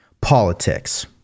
politics